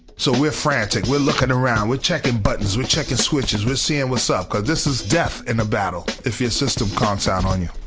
so we're frantic. we're looking around. we're checking buttons, we're checking switches. we're seeing what's up because this is death in a battle if your system conks out on you.